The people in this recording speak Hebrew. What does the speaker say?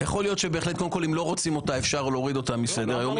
קודם כול אם לא רוצים אותה אפשר להוריד אותה מסדר-היום.